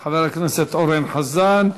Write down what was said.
תודה לחבר הכנסת אורן חזן.